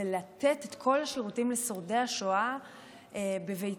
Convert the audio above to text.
הוא לתת את כל השירותים לשורדי השואה בביתם,